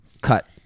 Cut